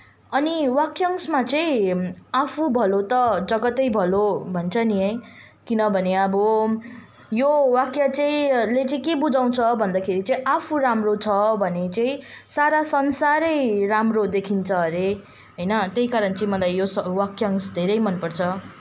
अनि वाक्यांशमा चाहिँ आफू भलो त जगतै भलो भन्छ नि है किनभने अब यो वाक्यले चाहिँ के बुझाउँछ भन्दाखेरि चाहिँ आफू राम्रो छ भने चाहिँ सारा संसारै राम्रो देखिन्छ अरे होइन त्यही कारण चाहिँ मलाई यो वाक्यांश धेरै मनपर्छ